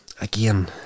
again